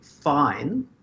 fine